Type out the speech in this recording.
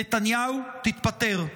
נתניהו, תתפטר.